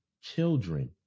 children